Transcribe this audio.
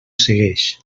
segueix